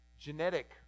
genetic